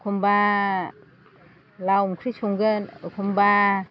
एखम्बा लाव ओंख्रि संगोन एखम्बा